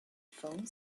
phone